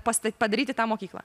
pasta padaryti tą mokyklą